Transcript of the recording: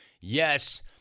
Yes